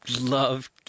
Love